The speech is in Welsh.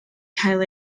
cael